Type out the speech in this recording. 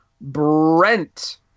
brent